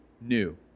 new